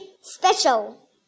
special